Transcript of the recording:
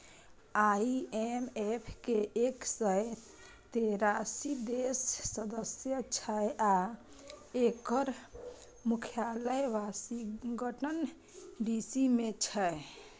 IMF के एक सय तेरासी देश सदस्य छै आ एकर मुख्यालय वाशिंगटन डी.सी मे छै